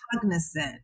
cognizant